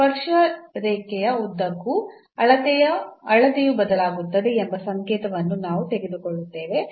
ಸ್ಪರ್ಶ ರೇಖೆಯ ಉದ್ದಕ್ಕೂ ಅಳತೆಯು ಬದಲಾಗುತ್ತದೆ ಎಂಬ ಸಂಕೇತವನ್ನು ನಾವು ತೆಗೆದುಕೊಳ್ಳುತ್ತೇವೆ